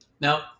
Now